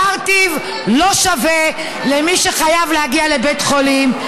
קרטיב לא שווה למי שחייב להגיע לבית חולים,